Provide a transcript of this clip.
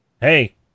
hey